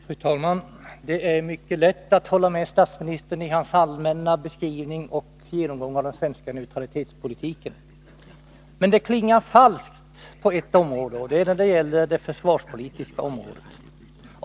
Fru talman! Det är mycket lätt att hålla med statsministern i hans allmänna beskrivning och genomgång av den svenska neutralitetspolitiken. Men det klingar falskt på ett område, och det är när det gäller det försvarspolitiska området.